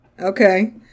Okay